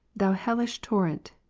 thou hellish torrent,